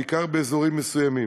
בעיקר באזורים מסוימים.